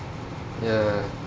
ya